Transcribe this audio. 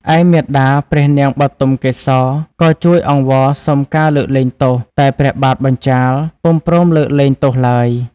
ឯមាតាព្រះនាងបុទមកេសរក៏ជួយអង្វរសុំការលើកលែងទោស តែព្រះបាទបញ្ចាល៍ពុំព្រមលើកលែងទោសឡើយ។